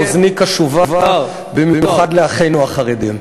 אוזני קשובה, במיוחד לאחינו החרדים.